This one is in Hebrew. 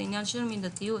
זה עניין של מידתיות.